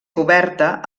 coberta